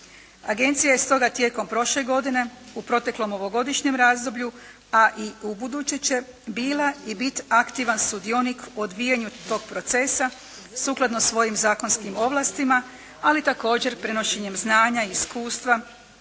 Agencija je stoga tijekom prošle godine u proteklom ovogodišnjem razdoblju pa i ubuduće će bila i bit aktivan sudionik u odvijanju tog procesa sukladno svojim zakonskim ovlastima, ali također prenošenjem znanja i iskustva